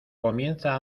comienza